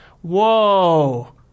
Whoa